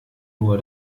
nur